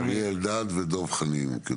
אריה אלדד ודב חנין.